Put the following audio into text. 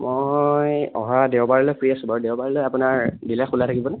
মই অহা দেওবাৰলৈ ফ্ৰী আছোঁ বাৰু দেওবাৰলৈ আপোনাৰ ডিলাৰ খোলা থাকিবনে